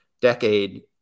decade